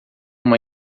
uma